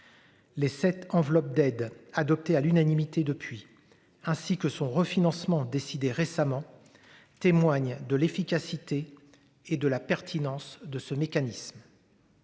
Les cette enveloppe d'aide adoptée à l'unanimité depuis ainsi que son refinancement décidé récemment. Témoignent de l'efficacité et de la pertinence de ce mécanisme.